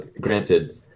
granted